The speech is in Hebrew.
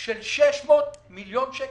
של 630 מיליון שקל.